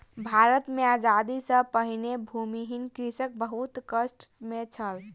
भारत मे आजादी सॅ पहिने भूमिहीन कृषक बहुत कष्ट मे छल